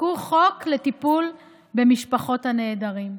שחוקקו חוק לטיפול במשפחות הנעדרים.